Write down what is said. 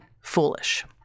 foolish